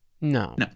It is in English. No